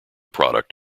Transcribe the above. product